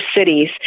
Cities